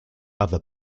other